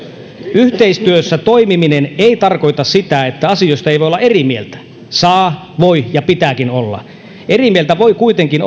yhteistyössä toimiminen ei tarkoita sitä että asioista ei voi olla eri mieltä saa voi ja pitääkin olla eri mieltä voi kuitenkin